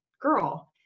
girl